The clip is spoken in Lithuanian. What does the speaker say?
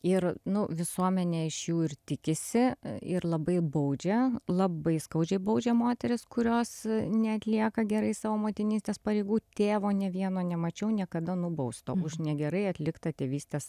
ir nu visuomenė iš jų ir tikisi ir labai baudžia labai skaudžiai baudžia moteris kurios neatlieka gerai savo motinystės pareigų tėvo nė vieno nemačiau niekada nubausto už negerai atliktą tėvystės